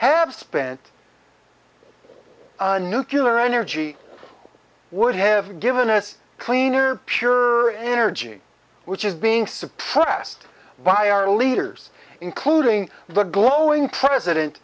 have spent nuclear energy would have given us cleaner pure energy which is being suppressed by our leaders including the glowing president